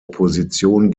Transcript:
opposition